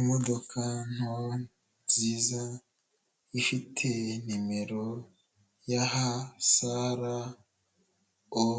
Imodoka nto nziza ifite nimero ya HSLO